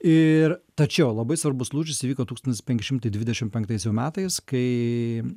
ir tačiau labai svarbus lūžis įvyko tūkstantis penki šimtai dvidešim penktais jau metais kai